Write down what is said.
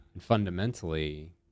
Fundamentally